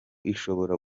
ishobora